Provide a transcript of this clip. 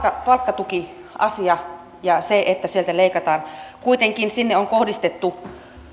palkkatukiasia ja se että sieltä leikataan kuitenkin sinne on kohdistettu